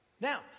Now